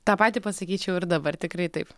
tą patį pasakyčiau ir dabar tikrai taip